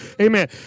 amen